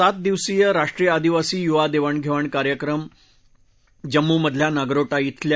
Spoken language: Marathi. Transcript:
सात दिवसीय राष्ट्रीय आदिवासी युवा देवाणघेवाण कार्यक्रम जम्मू मधल्या नागरोटा खिल्या